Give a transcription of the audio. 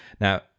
Now